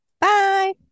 Bye